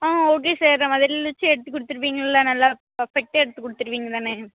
ஆ okay sir நம்ம வெளில வச்சு எடுத்து கொடுத்துருவிங்கள நல்லா பர்ஃபெக்டாக எடுத்து கொடுத்துருவீங்க தானே